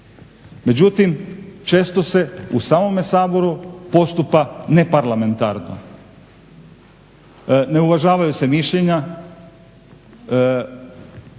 Međutim, često se u samome Saboru postupa neparlamentarno, ne uvažavaju se mišljenja.